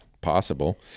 possible